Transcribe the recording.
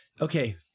Okay